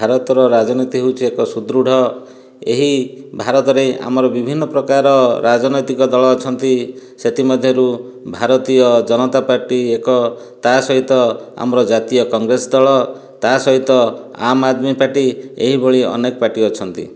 ଭାରତର ରାଜନୀତି ହେଉଛି ଏକ ସୁଦୃଢ଼ ଏହି ଭାରତରେ ଆମର ବିଭିନ୍ନ ପ୍ରକାର ରାଜନୈତିକ ଦଳ ଅଛନ୍ତି ସେଥିମଧ୍ୟରୁ ଭାରତୀୟ ଜନତା ପାର୍ଟି ଏକ ତାସହିତ ଆମର ଜାତୀୟ କଂଗ୍ରେସ ଦଳ ତାସହିତ ଆମ୍ ଆଦମୀ ପାର୍ଟି ଏହିଭଳି ଅନେକ ପାର୍ଟି ଅଛନ୍ତି